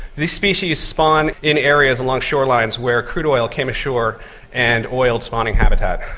this species spawn in areas along shorelines where crude oil came ashore and oiled spawning habitat.